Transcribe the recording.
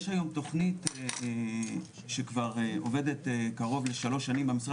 יש היום תכנית שכבר עובדת קרוב לשלוש שנים במשרד